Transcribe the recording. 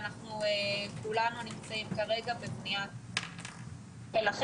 כולנו נמצאים כרגע בבניית תוכניות.